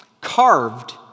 carved